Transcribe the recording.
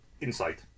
insight